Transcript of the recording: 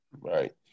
right